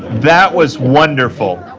that was wonderful.